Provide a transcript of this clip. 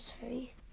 sorry